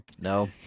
No